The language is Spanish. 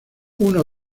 uno